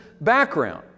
background